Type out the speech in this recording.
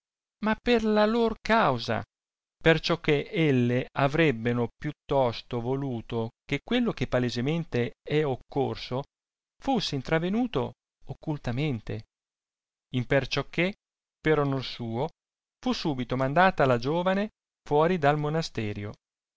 ma per la lor causa perciò che elle averebbeno più tosto voluto che quello che palesamente è occorso fusse intravenuto occultamente impexiò che per onor suo fu subito mandata la giovane fuori del monasterio